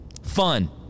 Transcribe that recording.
Fun